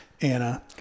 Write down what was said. Anna